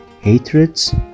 hatreds